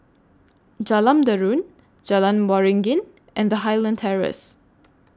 Jalan Derum Jalan Waringin and Highland Terrace